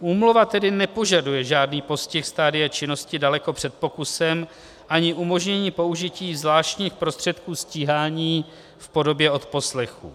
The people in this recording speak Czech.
Úmluva tedy nepožaduje žádný postih stadia činnosti daleko před pokusem ani umožnění použití zvláštních prostředků stíhání v podobě odposlechů.